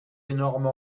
énorme